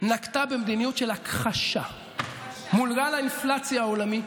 נקטה מדיניות של הכחשה מול גל האינפלציה העולמי,